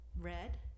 red